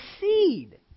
seed